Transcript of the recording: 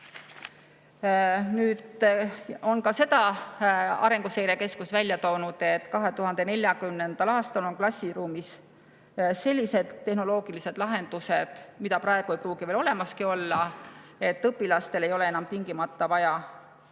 edasi. Ka seda on Arenguseire Keskus välja toonud, et 2040. aastal on klassiruumis sellised tehnoloogilised lahendused, mida praegu ei pruugi veel olemas olla. Õpilastel ei ole siis tingimata vaja tavalisse